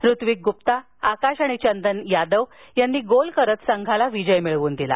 ऋत्विक गुप्ता आकाश आणि चंदन यादव यांनी गोल करत संघाला विजय मिळवून दिला